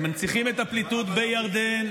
הם מנציחים את הפליטות בירדן,